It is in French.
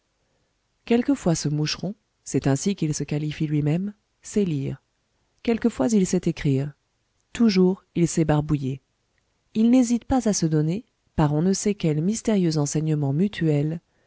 quelquefois ce moucheron cest ainsi qu'il se qualifie lui même sait lire quelquefois il sait écrire toujours il sait barbouiller il n'hésite pas à se donner par on ne sait quel mystérieux enseignement mutuel